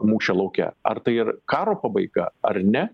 mūšio lauke ar tai ir karo pabaiga ar ne